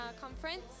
conference